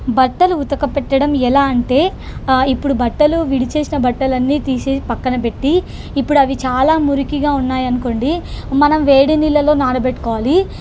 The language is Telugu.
బట్టలు ఉతకడం ఎలా అంటే ఇప్పుడు బట్టలు విడిచేసిన బట్టలు అన్నీ తీసి పక్కన పెట్టి ఇప్పుడు అవి చాలా మురికిగా ఉన్నాయి అనుకోండి మనం వేడి నీళ్ళలో నానబెట్టుకోవాలి